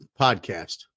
Podcast